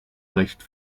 recht